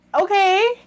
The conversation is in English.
Okay